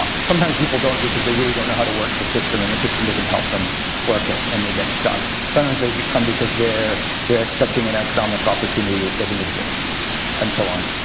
but sometimes people don't because they really don't know how to work the system, and the system doesn't help them work it and they get stuck. sometimes they come because they're they're expecting an economic opportunity that doesn't exist and so on.